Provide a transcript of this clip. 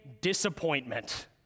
disappointment